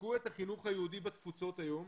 שיחזקו את החינוך היהודי בתפוצות היום,